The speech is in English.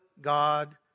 God